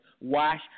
wash